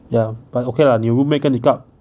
ya but okay lah 你们 make 个 make up